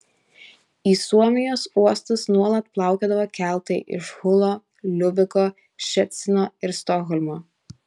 į suomijos uostus nuolat plaukiodavo keltai iš hulo liubeko ščecino ir stokholmo